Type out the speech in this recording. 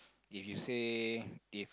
if you say if